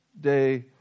day